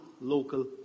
local